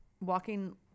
walking